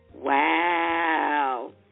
Wow